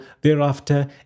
thereafter